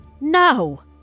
No